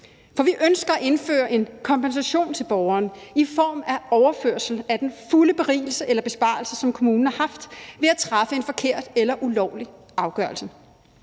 For vi ønsker at indføre en kompensation til borgeren i form af overførsel af den fulde berigelse eller besparelse, som kommunen har haft ved at træffe en forkert eller ulovlig afgørelse.